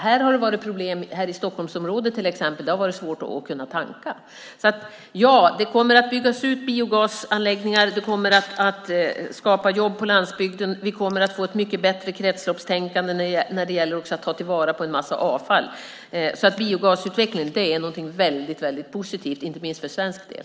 Det har varit problem till exempel här i Stockholmsområdet. Det har varit svårt att kunna tanka. Det kommer alltså att byggas ut biogasanläggningar som kommer att skapa jobb på landsbygden, och vi kommer att få ett mycket bättre kretsloppstänkande när det gäller att ta till vara en massa avfall. Biogasutveckling är därför någonting väldigt positivt, inte minst för svensk del.